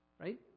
right